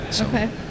okay